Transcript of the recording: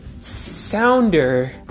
sounder